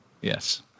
yes